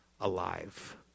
alive